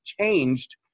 changed